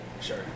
Sure